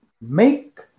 Make